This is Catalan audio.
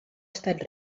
estat